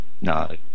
no